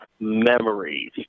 memories